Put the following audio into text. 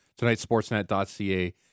tonightSportsnet.ca